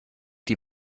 die